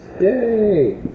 Yay